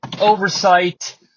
oversight